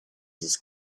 this